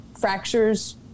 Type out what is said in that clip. fractures